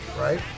right